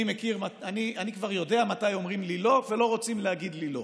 אני כבר יודע מתי אומרים לי לא ולא רוצים להגיד לי לא.